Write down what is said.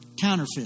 counterfeit